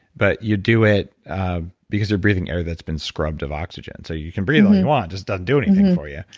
but you do it because you're breathing air that's been scrubbed of oxygen. so, you can breathe all you ah doesn't do anything for you.